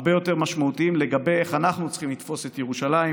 הרבה יותר משמעותיים על איך אנחנו צריכים לתפוס את ירושלים,